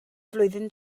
flwyddyn